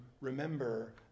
remember